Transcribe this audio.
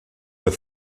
der